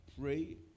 pray